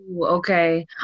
okay